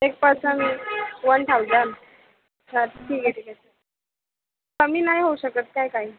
एक person one thousand हां ठीक आहे ठीक आहे कमी नाही होऊ शकत काय काही